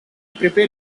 prepare